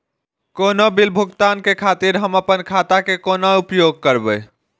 कोनो बील भुगतान के खातिर हम आपन खाता के कोना उपयोग करबै?